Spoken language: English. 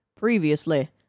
previously